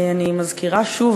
אני מזכירה שוב,